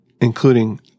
including